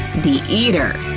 the eater